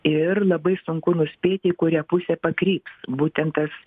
ir labai sunku nuspėti į kurią pusę pakryps būtent tas